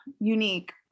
unique